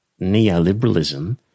neoliberalism